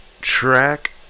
track